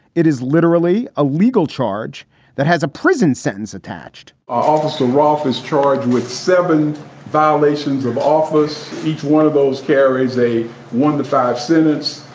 it is literally a legal charge that has a prison sentence attached also, ralph is charged with seven violations of office. each one of those carries a one five sentence.